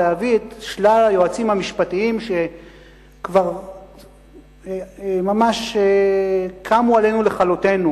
להביא את שלל היועצים המשפטיים שכבר ממש קמו עלינו לכלותנו,